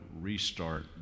restart